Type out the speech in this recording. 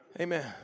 Amen